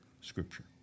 Scripture